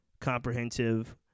comprehensive